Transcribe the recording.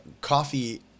coffee